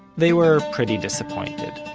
they were pretty disappointed.